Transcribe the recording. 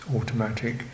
automatic